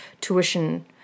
tuition